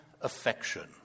affection